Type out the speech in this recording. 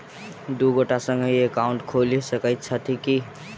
दु गोटे संगहि एकाउन्ट खोलि सकैत छथि की?